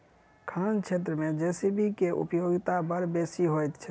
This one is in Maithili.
खनन क्षेत्र मे जे.सी.बी के उपयोगिता बड़ बेसी होइत छै